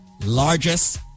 largest